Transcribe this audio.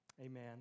Amen